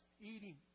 eating